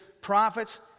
prophets